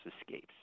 escapes